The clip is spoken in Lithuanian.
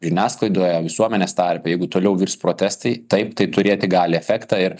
žiniasklaidoje visuomenės tarpe jeigu toliau virs protestai taip tai turėti gali efektą ir